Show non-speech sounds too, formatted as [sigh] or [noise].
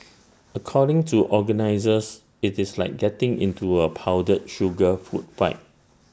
according to organisers IT is like getting into A powdered [noise] sugar food fight